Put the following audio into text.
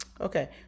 Okay